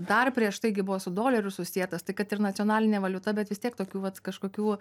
dar prieš taigi buvo su doleriu susietas tai kad ir nacionalinė valiuta bet vis tiek tokių vat kažkokių